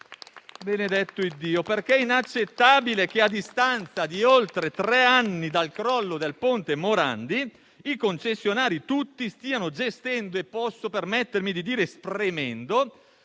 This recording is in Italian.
È inaccettabile infatti che a distanza di oltre tre anni dal crollo del ponte Morandi, i concessionari tutti stiano gestendo e, posso permettermi di dire spremendo,